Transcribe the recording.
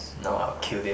no I'll kill them